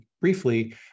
briefly